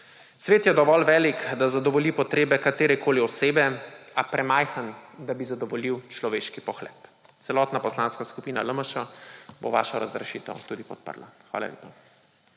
»Svet je dovolj velik, da zadovolji potrebe katerekoli osebe, a premajhen, da bi zadovoljil človeški pohlep.« Celotna Poslanska skupina LMŠ bo vašo razrešitev tudi podrla. Hvala lepa.